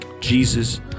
jesus